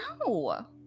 no